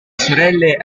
sorelle